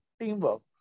teamwork